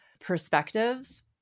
perspectives